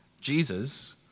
Jesus